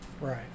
Right